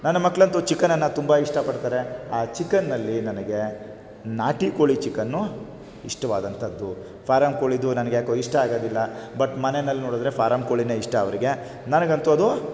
ನನ್ನ ಮಕ್ಕಳಂತೂ ಚಿಕನನ್ನು ತುಂಬ ಇಷ್ಟಪಡ್ತಾರೆ ಆ ಚಿಕನ್ನಲ್ಲಿ ನನಗೆ ನಾಟಿ ಕೋಳಿ ಚಿಕನ್ನು ಇಷ್ಟವಾದಂಥದ್ದು ಫಾರಮ್ ಕೋಳಿದು ನನಗ್ಯಾಕೋ ಇಷ್ಟ ಆಗೋದಿಲ್ಲ ಬಟ್ ಮನೇನಲ್ಲಿ ನೋಡಿದ್ರೆ ಫಾರಮ್ ಕೋಳಿನೇ ಇಷ್ಟ ಅವರಿಗೆ ನನಗಂತೂ ಅದು